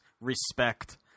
respect